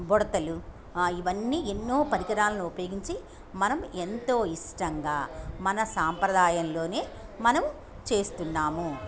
బుడతలు ఇవన్నీ ఎన్నో పరికరాలను ఉపయోగించి మనం ఎంతో ఇష్టంగా మన సాంప్రదాయంలోనే మనం చేస్తున్నాము